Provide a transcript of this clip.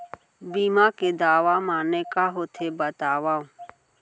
बीमा के दावा माने का होथे बतावव?